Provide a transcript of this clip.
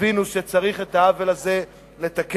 הבינו שצריך את העוול הזה לתקן.